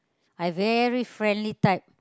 I very friendly type